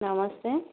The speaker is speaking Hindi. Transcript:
नमस्ते